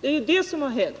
Det är det som har hänt.